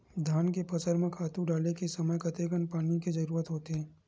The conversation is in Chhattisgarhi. धान के फसल म खातु डाले के समय कतेकन पानी के जरूरत होथे?